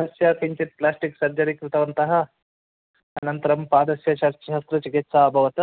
कस्य किञ्चित् plastic surgery कृतवन्तः अनन्तरं पादस्य चर्चः चिकित्सा अभवत्